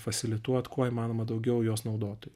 fasilituot kuo įmanoma daugiau jos naudotojų